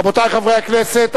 רבותי חברי הכנסת,